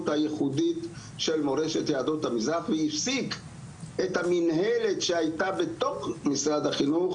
הייחודית של מורשת יהדות המזרח והפסיק את המנהלת שהייתה בתוך משרד החינוך,